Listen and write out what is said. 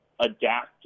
adapt